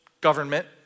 government